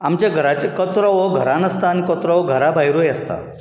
आमच्या घराचे कचरो वो घरान आसता आनी कचरो घरा भायरूय आसता